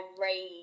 rage